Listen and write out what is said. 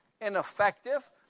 ineffective